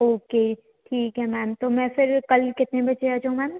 okay ठीक है ma'am तो मैं फिर कल कितने बजे आ जाऊँ मैम